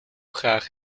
graag